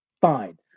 fine